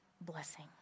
blessing